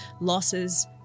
losses